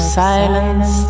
silence